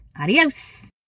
Adios